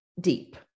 deep